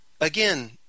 again